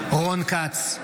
בעד רון כץ,